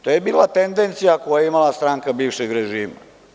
To je bila tendencija koju je imala stranka bivšeg režima.